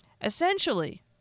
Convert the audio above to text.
Essentially